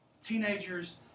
teenagers